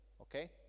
Okay